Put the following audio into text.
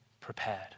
prepared